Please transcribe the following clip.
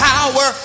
Power